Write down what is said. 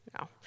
No